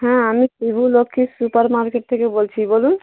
হ্যাঁ আমি Shivalakshmi super market থেকে বলছি বলুন